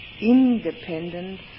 independence